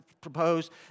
proposed